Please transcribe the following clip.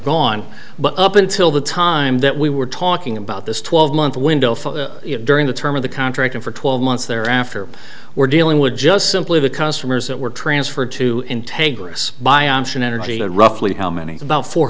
gone but up until the time that we were talking about this twelve month window during the term of the contract and for twelve months thereafter we're dealing with just simply the customers that were transferred to integris by option energy and roughly how many about four